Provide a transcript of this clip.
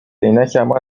عینکمو